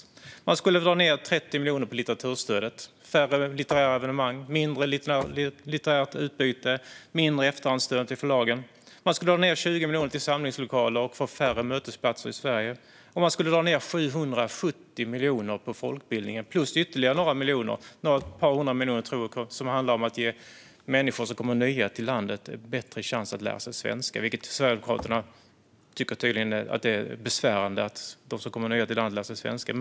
Sverigedemokraterna skulle dra ned 30 miljoner på litteraturstödet. Det skulle bli färre litterära evenemang, mindre litterärt utbyte och mindre efterhandsstöd till förlagen. De skulle dra ned 20 miljoner på samlingslokaler, så Sverige skulle få färre mötesplatser. De skulle också dra ned 770 miljoner på folkbildningen, plus ytterligare ett par hundra miljoner på möjligheten för nyanlända att lära sig svenska. Sverigedemokraterna tycker tydligen att det är besvärande att nyanlända lär sig svenska.